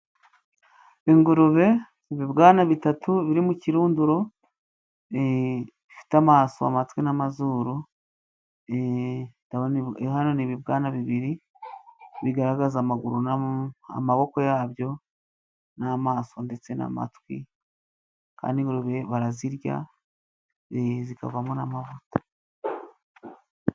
Ingurube ibibwana bitatu biri mu kirunduro bifite amaso, amatwi, bamatwi n'amazuru. Hano ni ibibwana bibiri bigaragaza amaguru n'amaboko yabyo n'amaso, ndetse n'amatwi, kandi ingurube barazirya zikavamo n'amavuta.